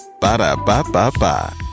Ba-da-ba-ba-ba